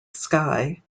sky